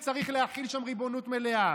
כי צריך להחיל שם ריבונות מלאה.